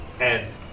And-